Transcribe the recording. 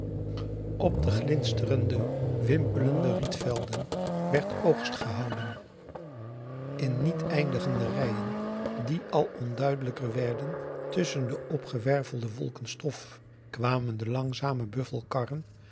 op de glinsterende wimpelende rietvelden werd oogst gehouden in niet eindigende rijen die al onduidelijker werden tusschen de opgewervelde wolken stof kwamen de langzame buffelkarren